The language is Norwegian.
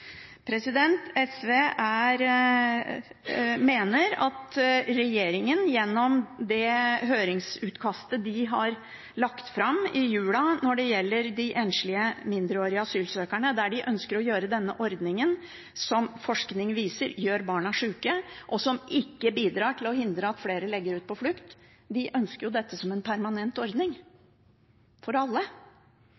SV mener at regjeringen gjennom det høringsutkastet den har lagt fram i jula når det gjelder de enslige mindreårige asylsøkerne, ønsker å gjøre denne ordningen, som forskning viser gjør barna syke, og som ikke bidrar til å hindre at flere legger ut på flukt, til en permanent ordning for alle. Og det flertallet som